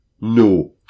no